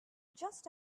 just